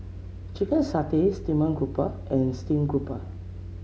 Chicken Satay Steamed Grouper and Steamed Grouper